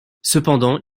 cependant